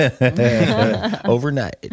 Overnight